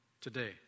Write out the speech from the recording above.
Today